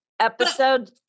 episode